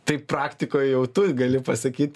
taip praktikoj jau tu gali pasakyt